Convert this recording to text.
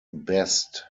best